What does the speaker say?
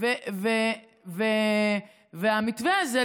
המתווה הזה,